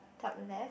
top left